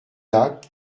lac